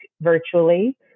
virtually